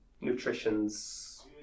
nutrition's